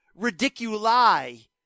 ridiculi